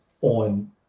on